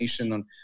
on